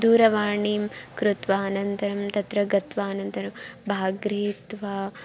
दूरवाणीं कृत्वा अनन्तरं तत्र गत्वा अनन्तरं भागं गृहीत्वा